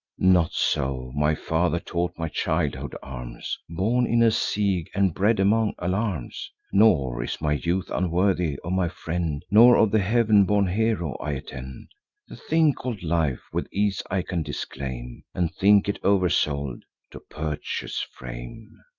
not so my father taught my childhood arms born in a siege, and bred among alarms! nor is my youth unworthy of my friend, nor of the heav'n-born hero i attend. the thing call'd life, with ease i can disclaim, and think it over-sold to purchase fame.